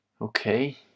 okay